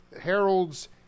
Harold's